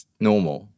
normal